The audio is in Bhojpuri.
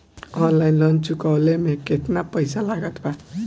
ऑनलाइन लोन चुकवले मे केतना पईसा लागत बा?